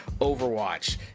Overwatch